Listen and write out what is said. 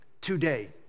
today